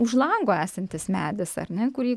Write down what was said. už lango esantis medis ar ne kurį